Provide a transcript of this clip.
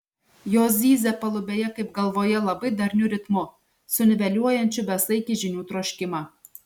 jos zyzia palubėje kaip galvoje labai darniu ritmu suniveliuojančiu besaikį žinių troškimą